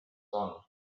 saanud